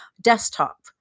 desktop